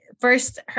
first